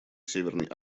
северной